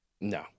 No